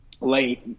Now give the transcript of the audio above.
late